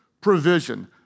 provision